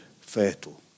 fatal